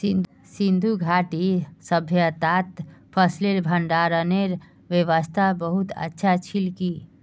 सिंधु घाटीर सभय्तात फसलेर भंडारनेर व्यवस्था बहुत अच्छा छिल की